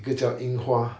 一个叫 ying hua